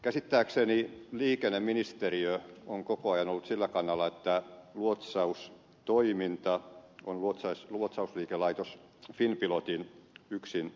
käsittääkseni liikenneministeriö on koko ajan ollut sillä kannalla että luotsaustoiminta on luotsausliikelaitos finnpilotin yksinoikeus